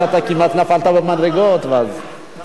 שיזמתי יחד עם חברי הכנסת דוד אזולאי,